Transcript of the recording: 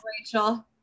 Rachel